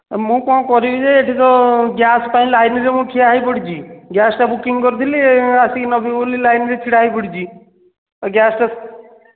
ମୁଁ କ'ଣ କରିବି ଯେ ଏଠି ତ ଗ୍ୟାସ୍ ପାଇଁ ଲାଇନ୍ରେ ମୁଁ ଠିଆ ହୋଇପଡ଼ିଛି ଗ୍ୟାସ୍ଟା ବୁକିଂ କରିଥିଲି ଆସିକି ନେବି ବୋଲି ଲାଇନ୍ରେ ଛିଡ଼ା ହୋଇପଡ଼ିଛି ଗ୍ୟାସ୍ଟା